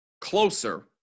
Closer